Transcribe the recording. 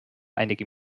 einige